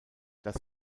das